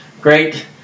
Great